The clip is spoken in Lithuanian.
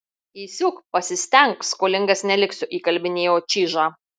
įsiūk pasistenk skolingas neliksiu įkalbinėjo čyžą